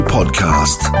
Podcast